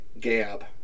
Gab